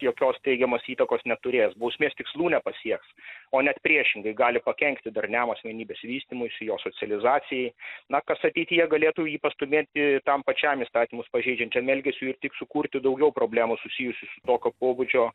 jokios teigiamos įtakos neturės bausmės tikslų nepasieks o net priešingai gali pakenkti darniam asmenybės vystymuisi jo socializacijai na kas ateityje galėtų jį pastūmėti tam pačiam įstatymus pažeidžiančiam elgesiui ir tik sukurti daugiau problemų susijusių su tokio pobūdžio